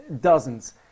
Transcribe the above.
dozens